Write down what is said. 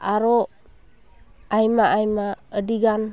ᱟᱨᱚ ᱟᱭᱢᱟ ᱟᱭᱢᱟ ᱟᱹᱰᱤᱜᱟᱱ